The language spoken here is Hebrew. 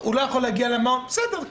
לא יכול להגיע למעון בסדר,